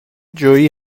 جویی